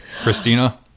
Christina